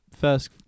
first